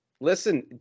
Listen